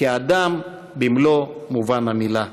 כאדם במלוא מובן המילה.